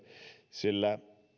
sillä